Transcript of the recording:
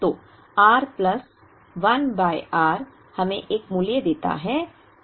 तो r plus 1 by r हमें एक मूल्य देता है 2166